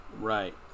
Right